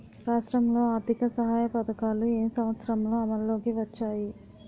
రాష్ట్రంలో ఆర్థిక సహాయ పథకాలు ఏ సంవత్సరంలో అమల్లోకి వచ్చాయి?